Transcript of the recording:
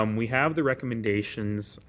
um we have the recommendations